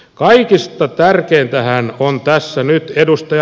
kaikista tärkeintähän on tässä nyt ed